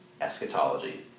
eschatology